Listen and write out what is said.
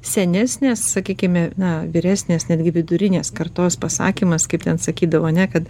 senesnės sakykime na vyresnės netgi vidurinės kartos pasakymas kaip ten sakydavo ne kad